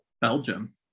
belgium